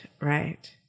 right